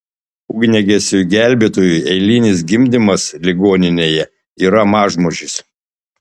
ugniagesiui gelbėtojui eilinis gimdymas ligoninėje yra mažmožis